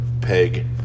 peg